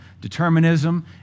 determinism